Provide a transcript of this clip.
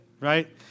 Right